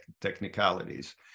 technicalities